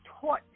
taught